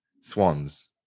swans